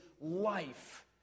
life